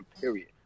Period